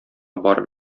барып